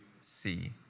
see